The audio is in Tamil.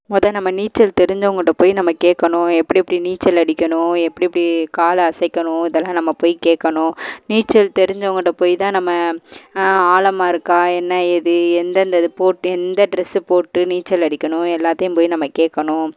மொதல் நம்ம நீச்சல் தெரிஞ்சவங்கள்கிட்ட போய் நம்ம கேட்கணும் எப்படியெப்டி நீச்சலடிக்கணும் எப்படியெப்டி காலை அசைக்கணும் இதெல்லாம் நம்ம போய் கேட்கணும் நீச்சல் தெரிஞ்சவங்ககிட்ட போய் தான் நம்ம ஆழமா இருக்கா என்ன ஏது எந்தெந்த இது போட் எந்த ட்ரெஸ்ஸு போட்டு நீச்சலடிக்கணும் எல்லாத்தையும் போய் நம்ம கேட்கணும்